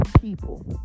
people